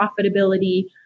profitability